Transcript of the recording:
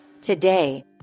Today